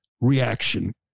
reaction